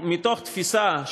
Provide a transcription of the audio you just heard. מתוך תפיסה,